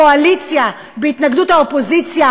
הקואליציה בהתנגדות האופוזיציה,